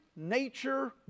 nature